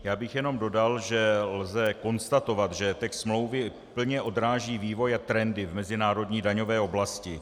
Já bych jen dodal, že lze konstatovat, že text smlouvy plně odráží vývoj a trendy v mezinárodní daňové oblasti.